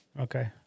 Okay